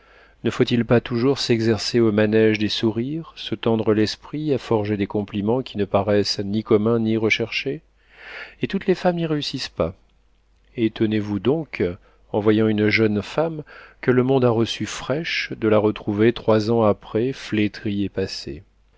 ne faut-il pas toujours s'exercer au manège des sourires se tendre l'esprit à forger des compliments qui ne paraissent ni communs ni recherchés et toutes les femmes n'y réussissent pas étonnez-vous donc en voyant une jeune femme que le monde a reçue fraîche de la retrouver trois ans après flétrie et